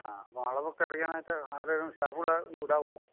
ആ അപ്പോള് അളവൊക്കെ അറിയാനായിട്ട് ആരെയെങ്കിലും സ്റ്റാഫുകളെ വിടാമോ